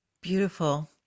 Beautiful